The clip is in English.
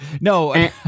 No